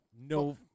no